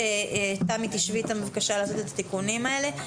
תמי, תשבי איתם בבקשה על התיקונים האלה.